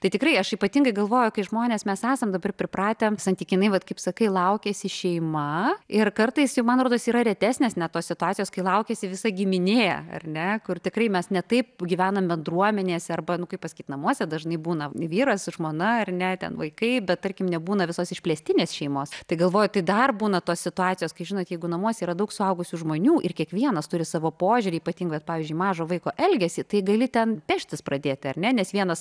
tai tikrai aš ypatingai galvoju kai žmonės mes esam dabar pripratę santykinai vat kaip sakai laukiasi šeima ir kartaisjau man rodos yra retesnės ne tos situacijos kai laukiasi visa giminė ar ne kur tikrai mes ne taip gyvenam bendruomenėse arba nu kaip pasakyt namuose dažnai būna vyras žmona ar ne ten vaikai bet tarkim nebūna visos išplėstinės šeimos tai galvoji tai dar būna tos situacijos kai žinot jeigu namuose yra daug suaugusių žmonių ir kiekvienas turi savo požiūrį ypatingą vat pavyzdžiui mažo vaiko elgesį tai gali ten peštis pradėti ar ne nes vienas